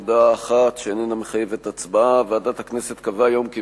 הודעה אחת שאיננה מחייבת הצבעה: ועדת הכנסת קבעה היום כי